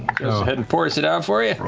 ahead and pours it out for ya.